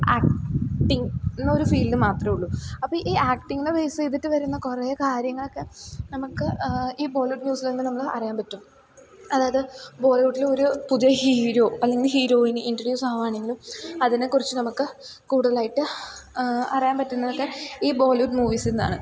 acting എന്നൊരു field മാത്രമേയുള്ളൂ അപ്പം ഈ ആക്ടിങ്ങിനെ ബേസ് ചെയ്തിട്ട് വരുന്ന കുറേ കാര്യങ്ങളൊക്കെ നമുക്ക് ഈ ബോളിവുഡ് ന്യൂസിൽ നിന്ന് നമ്മൾ അറിയാൻ പറ്റും അതായത് ബോളിവുഡിൽ ഒരു പുതിയ ഹീറോ അല്ലെങ്കിൽ ഹീറോയിൻ ഇൻട്രഡ്യൂസ് ആകാണെങ്കിലും അതിനെക്കുറിച്ച് നമുക്ക് കൂടുതലായിട്ട് അറിയാൻ പറ്റുന്നതൊക്കെ ഈ ബോളിവുഡ് മൂവീസിൽ നിന്നാണ്